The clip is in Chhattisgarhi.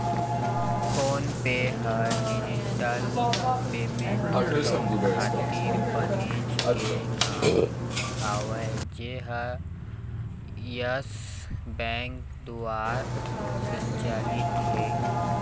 फोन पे ह डिजिटल पैमेंट के खातिर बनेच के नांव हवय जेनहा यस बेंक दुवार संचालित हे